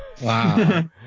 Wow